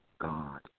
God